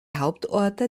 hauptorte